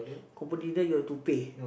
confirm dinner you have to pay